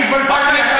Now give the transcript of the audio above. אני התבלבלתי?